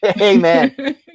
Amen